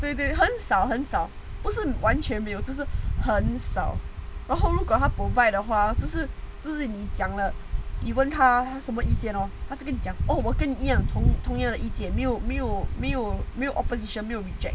对对很少很少不是完全没有真是很少然后如果他 provide 的话只是子你讲了一问他什么意见 hor 他这个你讲 oh 我跟你同同样的一样没有没有没有没有 opposition 没有 reject